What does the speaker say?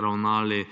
ravnali